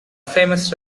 famous